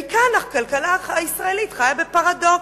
מכאן הכלכלה הישראלית חיה בפרדוקס.